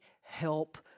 help